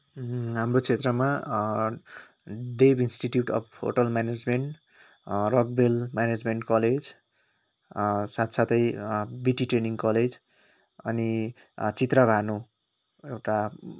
हाम्रो क्षेत्रमा Dev institute of hotel management रकभेल म्यानेजमेन्ट कलेज साथ साथै बिटी ट्रेनिङ कलेज अनि चित्र भानु एउटा